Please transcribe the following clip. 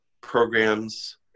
programs